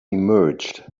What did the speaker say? emerged